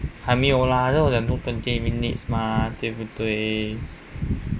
还没有啦所以我讲多 twenty minutes mah 对不对